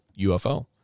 UFO